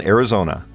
Arizona